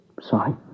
Sorry